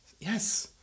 Yes